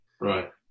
Right